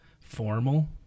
formal